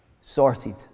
sorted